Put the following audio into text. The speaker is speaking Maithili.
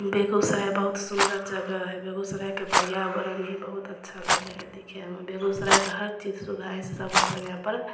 बेगूसराय बहुत सुन्दर जगह है बेगूसरायके पर्यावरण भी बहुत अच्छा लगय है दिखयमे बेगूसरायके हर चीज सुविधा है